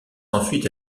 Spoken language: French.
ensuite